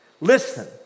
Listen